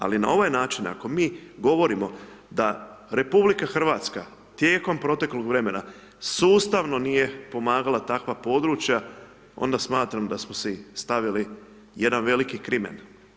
Ali na ovaj način ako mi govorimo da RH tijekom proteklog vremena sustavno nije pomagala takva područja onda smatram da smo si stavili jedan veliki krimen.